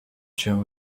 cię